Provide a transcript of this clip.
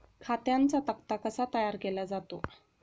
खात्यांचा तक्ता कसा तयार केला जातो?